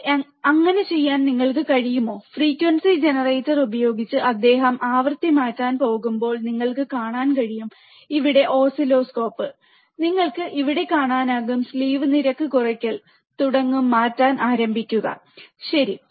അതെ അങ്ങനെ ചെയ്യാൻ നിങ്ങൾക്ക് കഴിയുമോ ഫ്രീക്വൻസി ജനറേറ്റർ ഉപയോഗിച്ച് അദ്ദേഹം ആവൃത്തി മാറ്റാൻ പോകുമ്പോൾ നിങ്ങൾക്ക് കാണാൻ കഴിയും ഇവിടെ ഓസിലോസ്കോപ്പ് നിങ്ങൾക്ക് ഇവിടെ കാണാനാകും സ്ലീവ്നിരക്ക്കുറയാൻ തുടങ്ങും മാറ്റാൻ ആരംഭിക്കുക ശരി